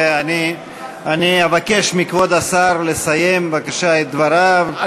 ואני אבקש מכבוד השר לסיים את דבריו.